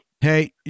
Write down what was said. Hey